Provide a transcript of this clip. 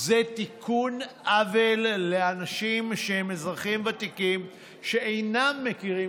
זה תיקון עוול לאנשים שהם אזרחים ותיקים שאינם מכירים,